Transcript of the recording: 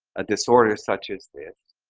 a disorder such as this